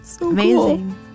amazing